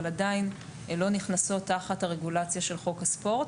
אבל עדיין לא נכנסות תחת הרגולציה של חוק הספורט.